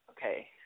okay